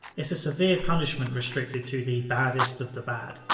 it's a severe punishment restricted to the baddest of the bad.